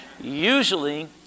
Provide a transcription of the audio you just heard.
Usually